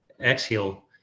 exhale